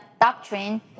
doctrine